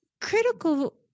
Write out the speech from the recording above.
critical